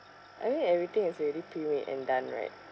I mean everything is already pre-made and done right